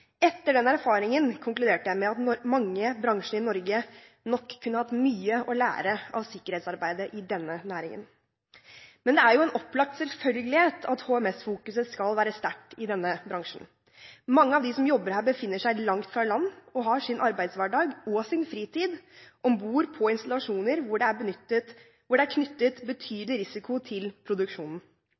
Etter den erfaringen konkluderte jeg med at mange bransjer i Norge nok kunne hatt mye å lære av sikkerhetsarbeidet i denne næringen. Det er en selvfølgelighet at HMS-fokuset skal være sterkt i denne bransjen. Mange av dem som jobber her, befinner seg langt fra land og har sin arbeidshverdag og sin fritid om bord på installasjoner hvor det er knyttet betydelig risiko til produksjonen.